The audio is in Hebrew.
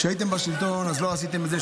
כשהייתם בשלטון אז לא עשיתם את זה,